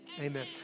Amen